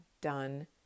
done